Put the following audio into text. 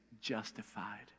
justified